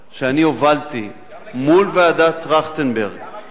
שאני הובלתי מול ועדת-טרכטנברג, גם לגיל הרך?